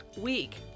week